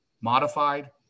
modified